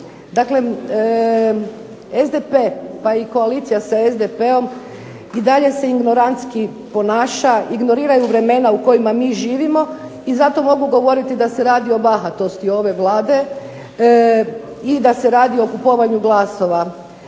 Dakle, SDP pa i koalicija sa SDP-om i dalje se ignorantski se ponaša. Ignoriraju vremena u kojima mi živimo i zato mogu govoriti da se radi o bahatosti ove Vlade i da se radi o kupovanju glasova.